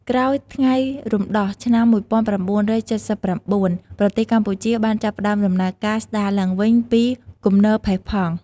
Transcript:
ក្រោយថ្ងៃរំដោះឆ្នាំ១៩៧៩ ប្រទេសកម្ពុជាបានចាប់ផ្តើមដំណើរការស្តារឡើងវិញពីគំនរផេះផង់។